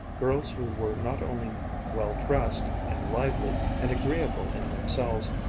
girls who were not only well dressed, and lively and agreeable in themselves,